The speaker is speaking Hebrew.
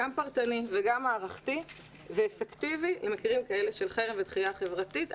גם פרטני וגם מערכתי ואפקטיבי למקרים כאלה של חרם ודחייה חברתית.